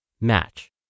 Match